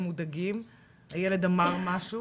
הם מבוהלים כי הילד אמר משהו.